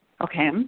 Okay